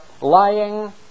lying